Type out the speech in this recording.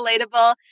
relatable